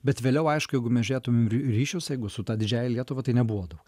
bet vėliau aišku jeigu mes žiūrėtum ry ryšius jeigu su ta didžiąja lietuva tai nebuvo dau